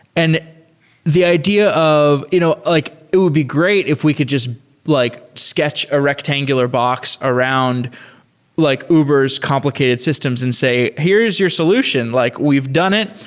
and the idea of you know like it would be great if we could just like sketch a rectangular box around like huber's complicated systems and say, here's your solution. like we've done it.